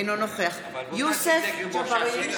אינו נוכח יוסף ג'בארין,